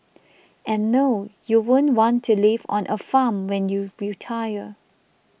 and no you won't want to live on a farm when you retire